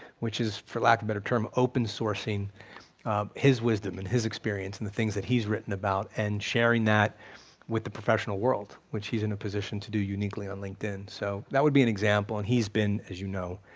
which is, for lack of a better term, open-sourcing his wisdom and his experience and the things that he's written about and sharing that with the professional world, which he's in a position to do uniquely on linkedin. so, that would be an example, and he's been, as you know,